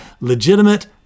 legitimate